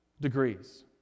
degrees